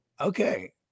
okay